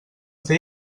fer